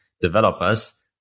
developers